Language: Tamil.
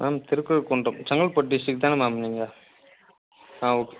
மேம் திருக்கழுக்குன்றம் செங்கல்பட்டு டிஸ்ட்ரிக்தானே மேம் நீங்கள் ஆ ஓகே